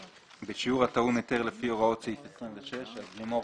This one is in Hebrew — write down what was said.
בשיעור הטעון היתר לפי הוראות סעיף 26 לימור,